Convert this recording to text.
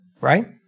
Right